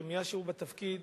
שמאז הוא בתפקיד